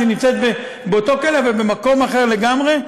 שנמצאת באותו כלא אבל במקום אחר לגמרי,